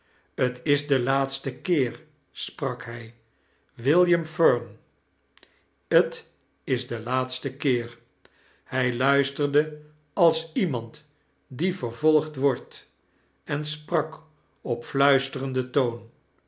t is de laatste keer sprak hij william fern t is de laatste keer hij luisteirde als iemand die vervolgd wordt en sprak op fluisterenden toon